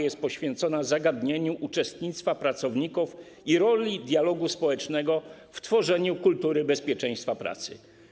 Jest to poświęcone zagadnieniu uczestnictwa pracowników i roli dialogu społecznego w tworzeniu kultury bezpieczeństwa pracy.